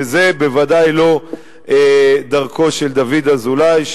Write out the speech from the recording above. וזו בוודאי לא דרכו של דוד אזולאי,